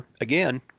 again